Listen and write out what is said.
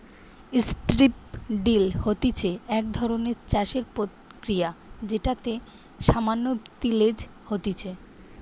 strip drill হতিছে এক ধরণের চাষের প্রক্রিয়া যেটাতে সামান্য তিলেজ হতিছে